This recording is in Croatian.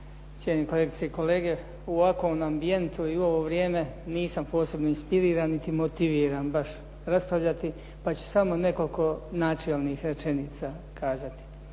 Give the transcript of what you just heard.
cijenjeni kolegice i kolege. U ovakvom ambijentu i u ovo vrijeme nisam posebno inspiriran niti motiviran baš raspravljati pa ću samo nekoliko načelnih rečenica kazati.